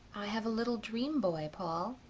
have a little dream boy, paul.